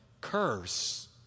curse